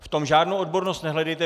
V tom žádnou odbornost nehledejte.